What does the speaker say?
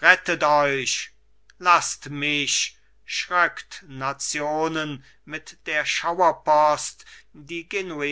rettet euch laßt mich schröckt nationen mit der schauerpost die